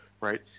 right